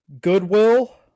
Goodwill